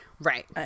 Right